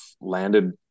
landed